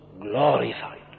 glorified